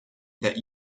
that